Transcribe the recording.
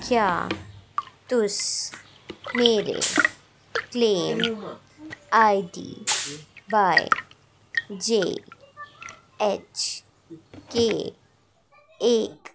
क्या तुस मेरे claim I D by J H K A